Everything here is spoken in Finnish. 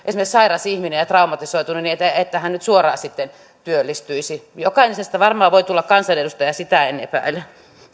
sairas ja traumatisoitunut ihminen että hän nyt suoraan sitten työllistyisi jokaisesta varmaan voi tulla kansanedustaja sitä en epäile